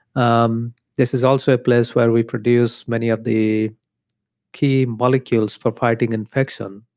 um this is also a place where we produce many of the key molecules for fighting infection,